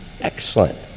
excellent